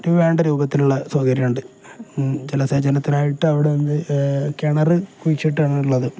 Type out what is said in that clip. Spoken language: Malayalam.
ഒരു വേണ്ട രൂപത്തിലുള്ള സൗകര്യമുണ്ട് ജലസേചനത്തിനായിട്ട് അവിടെ ഇന്ന് കിണർ കുഴിച്ചിട്ടാണ് ഉള്ളത്